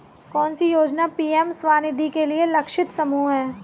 कौन सी योजना पी.एम स्वानिधि के लिए लक्षित समूह है?